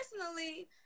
personally